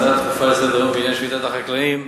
הצעה דחופה לסדר-היום בעניין שביתת החקלאים.